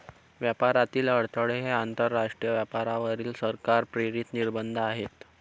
व्यापारातील अडथळे हे आंतरराष्ट्रीय व्यापारावरील सरकार प्रेरित निर्बंध आहेत